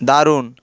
দারুন